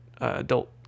adult